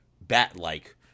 bat-like